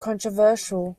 controversial